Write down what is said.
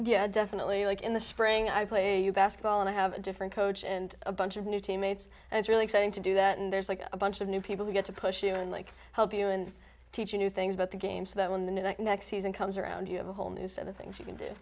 yeah definitely like in the spring i play you basketball and i have a different coach and a bunch of new teammates and it's really exciting to do that and there's like a bunch of new people we've got to push even like help you and teaching you things about the game so that when the next season comes around you have a whole new set of things you can